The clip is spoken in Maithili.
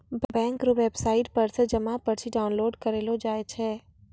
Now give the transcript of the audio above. बैंक रो वेवसाईट पर से जमा पर्ची डाउनलोड करेलो जाय छै